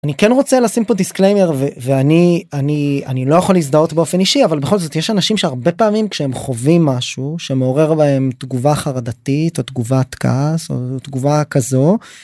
אני כן רוצה לשים פה דיסקליימר, ואני לא יכול להזדהות באופן אישי, אבל, בכל זאת, יש אנשים שהרבה פעמים כשהם חווים משהו שמעורר בהם תגובה חרדתית או תגובת כעס או תגובה כזו.